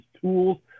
tools